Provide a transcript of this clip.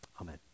Amen